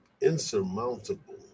insurmountable